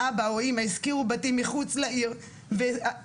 אבא או אמא השכירו דירה מחוץ לעיר ועשו